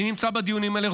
אני נמצא בדיונים האלה.